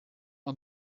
aan